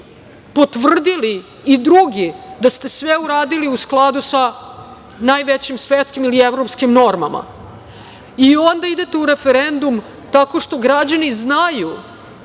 potvrdili i drugi da ste sve uradili u skladu sa najvećim svetskim, ili evropskim normama. Onda idete u referendum, tako što građani znaju